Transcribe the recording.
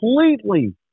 completely